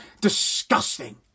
Disgusting